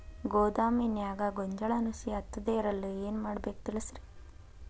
ಗೋದಾಮಿನ್ಯಾಗ ಗೋಂಜಾಳ ನುಸಿ ಹತ್ತದೇ ಇರಲು ಏನು ಮಾಡಬೇಕು ತಿಳಸ್ರಿ